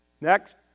Next